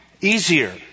easier